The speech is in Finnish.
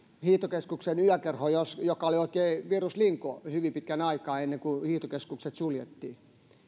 hiihtokeskuksen yökerho joka oli oikein viruslinko hyvin pitkän aikaa ennen kuin hiihtokeskukset suljettiin